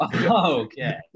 Okay